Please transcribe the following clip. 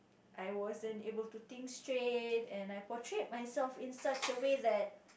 I wasn't able to think straight and I portrayed myself in such a way that